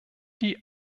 die